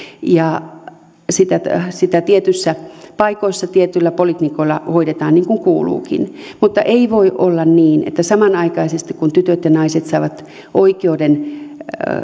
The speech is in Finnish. ja sitä sitä tietyissä paikoissa tietyillä poliklinikoilla hoidetaan niin kuin kuuluukin mutta ei voi olla oikeusvaltiossa niin että samanaikaisesti kun tytöt ja naiset saavat oikeuden